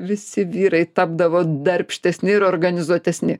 visi vyrai tapdavo darbštesni ir organizuotesni